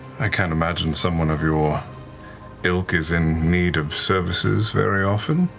i can't imagine someone of your ilk is in need of services very often.